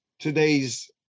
Today's